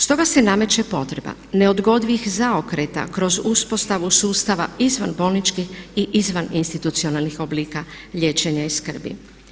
Stoga se nameće potreba neodgodivih zaokreta kroz uspostavu sustava izvan bolničke i izvan institucionalnih oblika liječenja i skrbi.